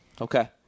Okay